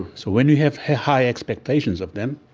so when you have high expectations of them,